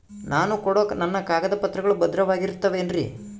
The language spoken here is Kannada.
ನಾನು ಕೊಡೋ ನನ್ನ ಕಾಗದ ಪತ್ರಗಳು ಭದ್ರವಾಗಿರುತ್ತವೆ ಏನ್ರಿ?